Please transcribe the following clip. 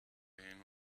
hen